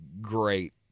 great